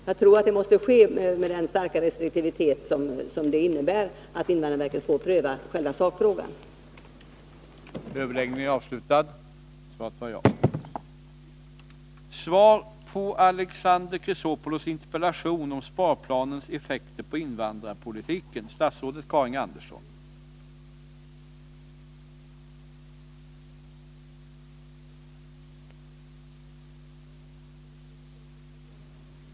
Jag tror att vi måste ha den starka restriktivitet som invandrarverkets prövning av själva sakfrågan innebär.